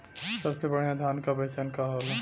सबसे बढ़ियां धान का पहचान का होला?